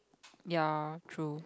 ya true